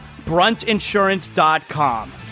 bruntinsurance.com